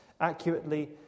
accurately